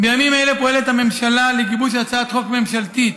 בימים אלה פועלת הממשלה לגיבוש הצעת חוק ממשלתית